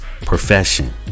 profession